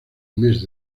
mes